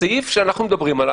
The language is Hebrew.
למה ביטלת את החוק?